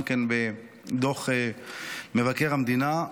גם כן בדוח מבקר המדינה,